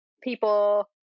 people